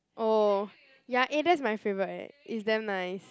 oh ya eh that's my favorite eh is damn nice